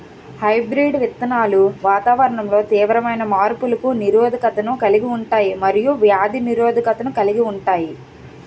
hybrid విత్తనాలు వాతావరణంలో తీవ్రమైన మార్పులకు నిరోధకతను కలిగి ఉంటాయి మరియు వ్యాధి నిరోధకతను కలిగి ఉంటాయి